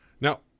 Now